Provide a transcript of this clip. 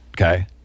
okay